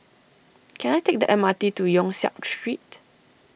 can I take the M R T to Yong Siak Street